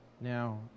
Now